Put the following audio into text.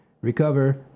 recover